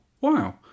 wow